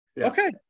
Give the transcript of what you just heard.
okay